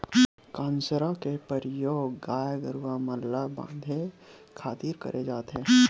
कांसरा के परियोग गाय गरूवा मन ल बांधे खातिर करे जाथे